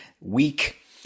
week